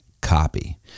copy